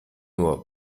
nur